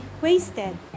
wasted